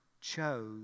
chose